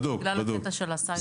בגלל הקטע של הסייבר.